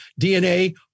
DNA